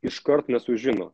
iškart nesužino